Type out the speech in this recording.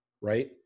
right